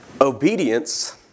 Obedience